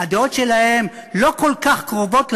הדעות שלהם לא כל כך קרובות לימין,